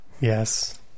Yes